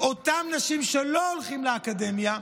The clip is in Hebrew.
אותן נשים שלא הולכות לאקדמיה,